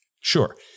sure